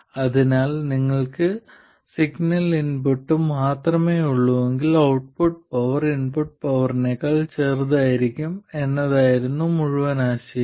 അതിനാൽ നിങ്ങൾക്ക് signal input മാത്രമേ ഉള്ളൂവെങ്കിൽ ഔട്ട്പുട്ട് പവർ ഇൻപുട്ട് പവറിനേക്കാൾ ചെറുതായിരിക്കും എന്നതായിരുന്നു മുഴുവൻ ആശയവും